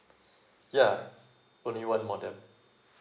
yeah only one modem